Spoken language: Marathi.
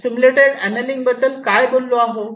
आपण सिम्युलेटेड अनेलिंग बद्दल काय बोललो आहोत